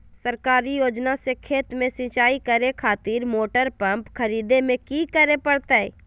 सरकारी योजना से खेत में सिंचाई करे खातिर मोटर पंप खरीदे में की करे परतय?